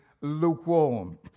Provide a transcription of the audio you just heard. lukewarm